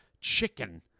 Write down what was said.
chicken